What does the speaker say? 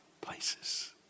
places